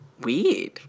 weird